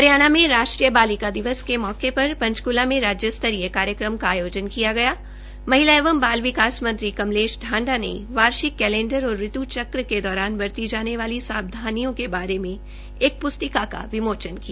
हरियाणा में राष्ट्रीय बालिका दिवस के मौके पर पंचक्ला में राज्य स्तरीय कार्यक्रम का आयोजन किया गया महिला एवं बाल विकास मंत्री कमलेश ढांडा ने वार्षिक कैलेंडर और ऋत् चक्र के दौरान बरती जाने वाली सावधानियों के बारे एक प्स्तिका का विमोचन किया